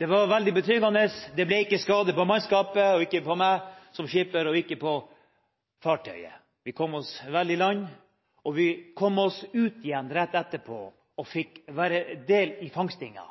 Det var veldig betryggende, det ble ikke skade på mannskapet, ikke på meg som skipper, og ikke på fartøyet. Vi kom oss vel i land, og vi kom oss ut igjen rett etterpå og fikk være del i fangstinga.